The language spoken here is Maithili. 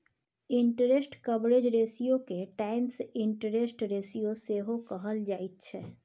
इंटरेस्ट कवरेज रेशियोके टाइम्स इंटरेस्ट रेशियो सेहो कहल जाइत छै